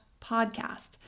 podcast